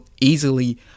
easily